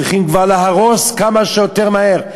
צריכים כבר להרוס כמה שיותר מהר.